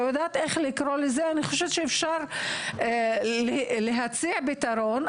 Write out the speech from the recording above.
אני חושבת שאפשר להציע פתרון,